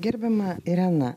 gerbiama irena